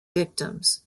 victims